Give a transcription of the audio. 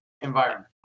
environment